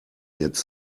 jetzt